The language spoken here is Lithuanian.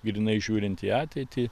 grynai žiūrint į ateitį